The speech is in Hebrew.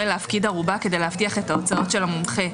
להפקיד ערובה כדי להבטיח את ההוצאות של המומחה.